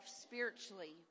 spiritually